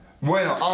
Bueno